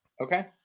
Okay